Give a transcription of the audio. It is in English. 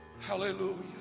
hallelujah